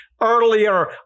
earlier